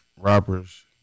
rappers